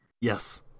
Yes